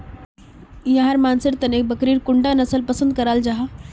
याहर मानसेर तने बकरीर कुंडा नसल पसंद कराल जाहा?